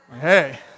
Hey